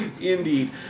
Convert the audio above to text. Indeed